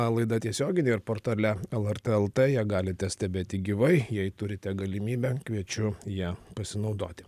laida tiesioginė ir portale lrt lt ją galite stebėti gyvai jei turite galimybę kviečiu ja pasinaudoti